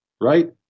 right